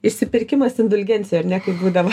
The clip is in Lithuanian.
išsipirkimas indulgencija ar ne kaip būdavo